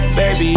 Baby